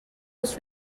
los